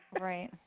Right